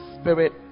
spirit